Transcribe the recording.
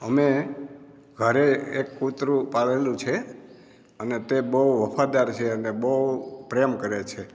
અમે ઘરે એક કુતરું પાળેલું છે અને તે બહુ વફાદાર છે અને બહુ પ્રેમ કરે છે